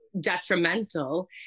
Detrimental